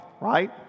right